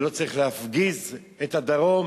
לא צריך להפגיז את הדרום,